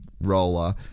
roller